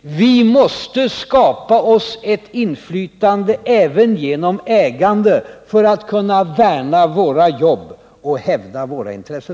Vi måste skapa oss ett inflytande även genom ägande för att kunna värna våra jobb och hävda våra intressen?